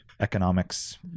economics